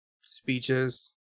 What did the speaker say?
speeches